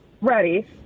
Ready